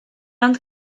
ond